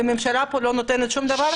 והממשלה פה לא נותנת שום דבר.